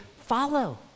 follow